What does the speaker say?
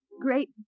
great